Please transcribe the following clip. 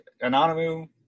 Anonymous